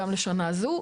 גם לשנה זו,